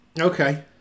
Okay